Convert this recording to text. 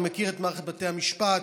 אני מכיר את מערכת בתי המשפט,